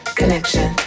connection